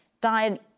died